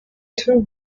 two